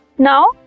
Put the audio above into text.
Now